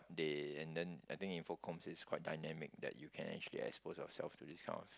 they and then I think Infocomms is quite dynamic that you can actually expose yourself to this kind of